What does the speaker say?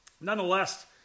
Nonetheless